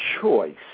choice